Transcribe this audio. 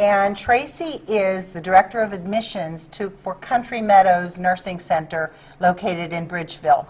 aron tracy is the director of admissions to four country meadows nursing center located in bridgeville